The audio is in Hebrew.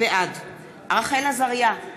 בעד רחל עזריה,